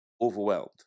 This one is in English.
overwhelmed